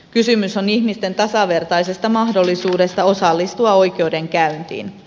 kysymys on ihmisten tasavertaisesta mahdollisuudesta osallistua oikeudenkäyntiin